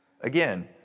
again